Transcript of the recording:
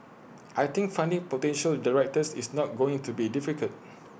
I think finding potential directors is not going to be difficult